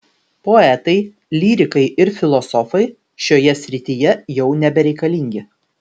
poetai lyrikai ir filosofai šioje srityje jau nebereikalingi